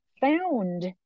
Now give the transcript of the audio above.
found